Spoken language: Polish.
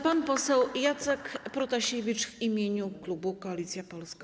Pan poseł Jacek Protasiewicz w imieniu klubu Koalicja Polska.